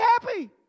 happy